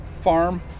farm